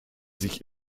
sich